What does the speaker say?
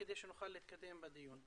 כדי שנוכל להתקדם בדיון.